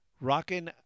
rocking